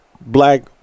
black